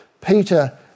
Peter